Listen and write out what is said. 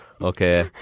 okay